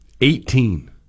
Eighteen